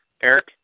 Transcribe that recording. Eric